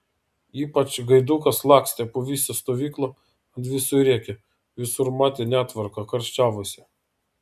ypač gaidukas lakstė po visą stovyklą ant visų rėkė visur matė netvarką karščiavosi